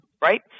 right